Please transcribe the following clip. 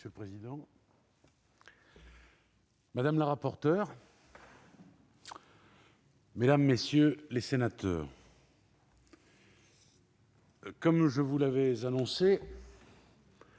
Monsieur le président, madame la rapporteure, mesdames, messieurs les sénateurs, comme je vous l'avais annoncé